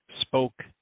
spoke